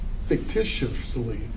fictitiously